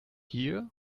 here